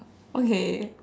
okay